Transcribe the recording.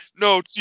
No